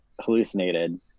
hallucinated